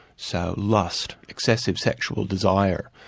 so lust, excessive sexual desire,